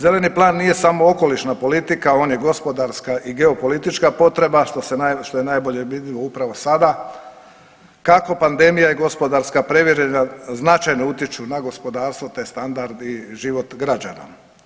Zeleni plan nije samo nije samo okolišna politika on je gospodarska i geopolitička potreba, što je najbolje vidljivo upravo sada kako pandemija i gospodarska previranja značajno utječu na gospodarstvo te standard i život građana.